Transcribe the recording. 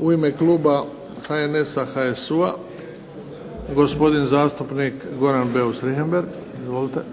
U ime kluba HNS-a, HSU-a, gospodin zastupnik Goran Beus Richembergh. Izvolite.